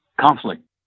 conflict